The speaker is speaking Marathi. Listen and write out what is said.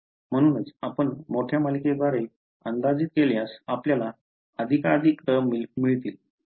म्हणूनच आपण मोठ्या मालिकेद्वारे अंदाजित केल्यास आपल्याला अधिकाधिक टर्म मिळतील